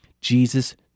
Jesus